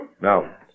now